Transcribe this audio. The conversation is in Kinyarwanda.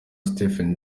stephen